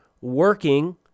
working